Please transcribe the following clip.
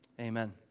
amen